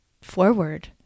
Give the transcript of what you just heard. forward